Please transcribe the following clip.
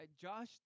Josh